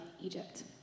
Egypt